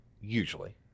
usually